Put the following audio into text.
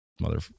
Mother